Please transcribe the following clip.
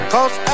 Cause